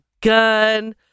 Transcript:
gun